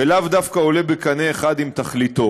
ולאו דווקא עולה בקנה אחד עם תכליתו.